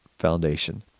foundation